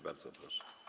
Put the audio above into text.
Bardzo proszę.